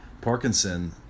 Parkinson